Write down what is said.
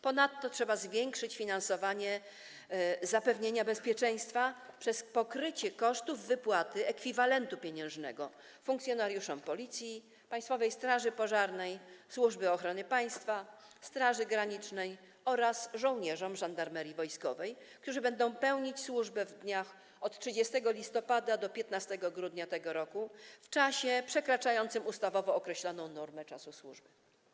Ponadto trzeba zwiększyć finansowanie zapewnienia bezpieczeństwa przez pokrycie kosztów wypłaty ekwiwalentu pieniężnego funkcjonariuszom Policji, Państwowej Straży Pożarnej, Służby Ochrony Państwa, Straży Granicznej oraz żołnierzom Żandarmerii Wojskowej, którzy będą pełnić służbę w dniach od 30 listopada do 15 grudnia tego roku w czasie przekraczającym ustawowo określoną normę czasu służby.